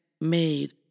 made